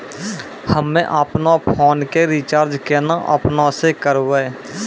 हम्मे आपनौ फोन के रीचार्ज केना आपनौ से करवै?